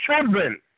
children